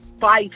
five